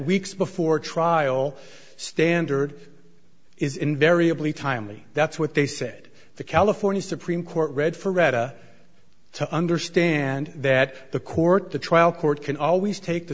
weeks before trial standard is invariably timely that's what they said the california supreme court read for retta to understand that the court the trial court can always take the